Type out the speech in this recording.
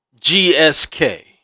GSK